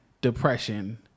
depression